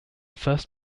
first